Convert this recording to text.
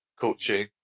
coaching